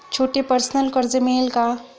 छोटे पर्सनल कर्ज मिळेल का?